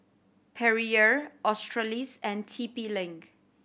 Perrier Australis and T P Link